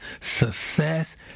success